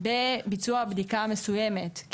בביצוע בדיקה מסוימת,